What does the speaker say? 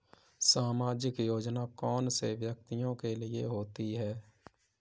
सामाजिक योजना कौन से व्यक्तियों के लिए होती है?